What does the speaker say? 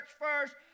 first